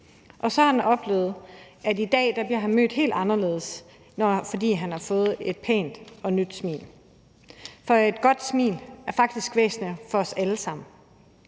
Og så har han oplevet, at han i dag bliver mødt helt anderledes, fordi han har fået et pænt, nyt smil. For et godt smil er faktisk væsentligt for os alle sammen.